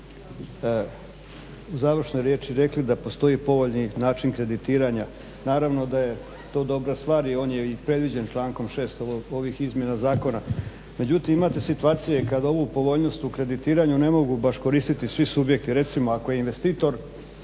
u završnoj riječi rekli da postoji povoljni način kreditiranja. Naravno da je to dobra stvar i on je i predviđen člankom 6. ovih izmjena zakona, međutim imate situacije kad ovu povoljnost u kreditiranju ne mogu baš koristiti svi subjekti.